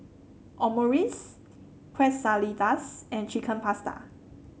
Omurice Quesadillas and Chicken Pasta